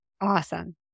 Awesome